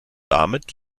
damit